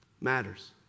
matters